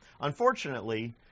Unfortunately